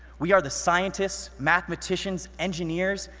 we are the scientists, mathematicians, engineers,